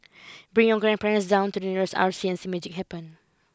bring your grandparents down to the nearest R C and see magic happen